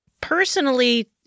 Personally